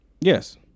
Yes